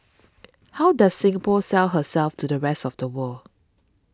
how does Singapore sell herself to the rest of the world